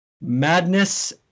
Madness